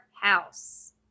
house